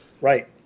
right